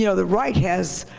you know the right has